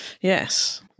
Yes